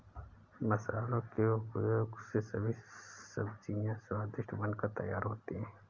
मसालों के उपयोग से सभी सब्जियां स्वादिष्ट बनकर तैयार होती हैं